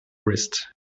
wrist